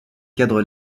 cadre